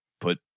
put